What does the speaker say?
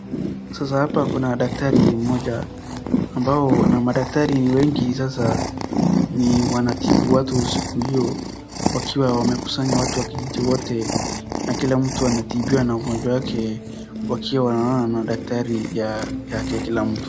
Sasa hapa kuna daktari mmoja ambawo na madaktari ni wengi sasa ni wanatibu watu usiku hiyo wakiwa wamekusanya watu wa kijiji wote. Kila mtu anatibiwa na ugonjwa wake wakiwa na daktari yake kila mtu.